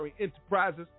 Enterprises